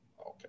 Okay